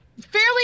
fairly